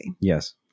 Yes